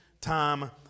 time